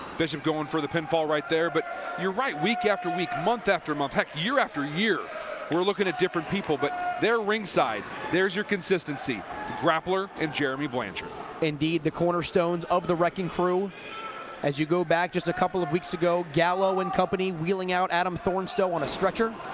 bishop going for the pinfall right there but you're right week after week month after month heck year after year we're looking at different people but there ringside there's your consistency grappler and jeremy blanchard bc indeed the corner stones of the wrecking crew as you go back just couple of weeks ago gallo and company wheeling out adam thornestowe on a strecher